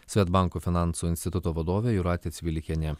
svedbanko finansų instituto vadovė jūratė cvilikienė